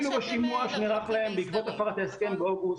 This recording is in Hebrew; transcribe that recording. אפילו בשימוע שנערך להם בעקבות הפרת ההסכם באוגוסט,